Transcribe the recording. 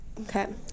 okay